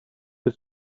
his